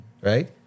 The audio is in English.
right